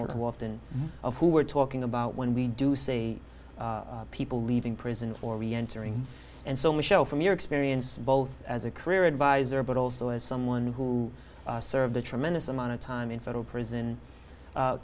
too often of who we're talking about when we do see people leaving prison or reentering and so michel from your experience both as a career adviser but also as someone who served a tremendous amount of time in federal prison